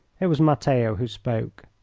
it was matteo who spoke.